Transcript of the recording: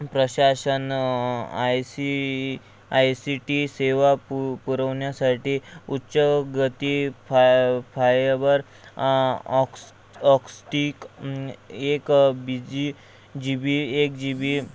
प्रशासन I C I C T सेवा पु पुरवण्यासाठी उच्चगती फाय फायबर ऑक्स ऑक्सटीक एक बीजी जी बी एक जी बी